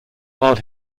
while